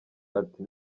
ati